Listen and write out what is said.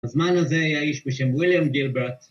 ‫בזמן הזה היה איש בשם וויליאם דילברט.